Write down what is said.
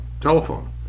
telephone